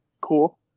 Cool